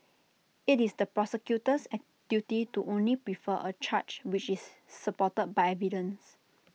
IT is the prosecutor's duty to only prefer A charge which is supported by evidence